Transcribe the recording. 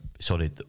Sorry